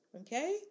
Okay